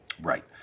Right